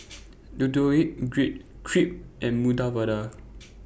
Deodeok Gui Crepe and Medu Vada